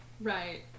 Right